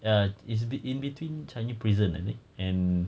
ya it's in between changi prison I think and